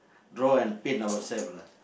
draw and paint our self lah